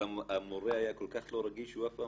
אבל המורה היה כל כך לא רגיש שהוא אף פעם